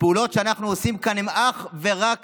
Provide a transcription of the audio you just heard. הפעולות שאנחנו עושים כאן הן אך ורק